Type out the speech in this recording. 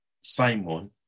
Simon